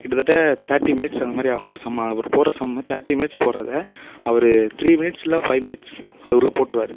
கிட்டத்தட்ட thirty minutes அந்தமாதிரி ஆகும் ஒரு சம்மு அவரு போடுற சம்மு தேர்ட்டி மினிட்ஸ் போடுறத அவர் த்ரீ மினிட்ஸ் இல்லை ஃபை மினிட்ஸ் அதுக்குள்ளே போட்டிருவாரு